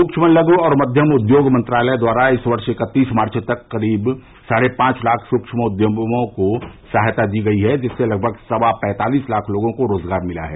सूक्ष्म लघ् और मध्यम उद्योग मंत्रालय द्वारा इस वर्ष इक्कतीस मार्च तक करीब साढ़े पांच लाख सूक्ष्म उद्यमों को सहायता दी गई है जिनमे लगभग सवा पैंतालिस लाख लोगों को रोजगार मिला है